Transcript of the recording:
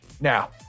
Now